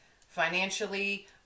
financially